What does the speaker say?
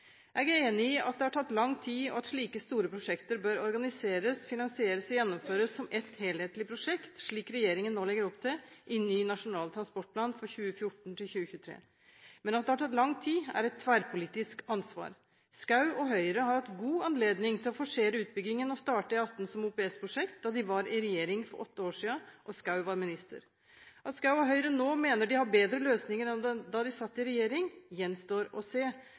Jeg er enig i at det har tatt lang tid, og at slike store prosjekter bør organiseres, finansieres og gjennomføres som ett helhetlig prosjekt, slik regjeringen nå legger opp til i Nasjonal transportplan for 2014–2023. Men at det har tatt lang tid, er et tverrpolitisk ansvar. Representanten Schou og Høyre hadde god anledning til å forsere utbyggingen og starte E18 som OPS-prosjekt da de var i regjering for åtte år siden og representanten Schou var minister. At representanten Schou og Høyre nå mener de har bedre løsninger enn da de satt i regjering, gjenstår å se.